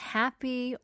happy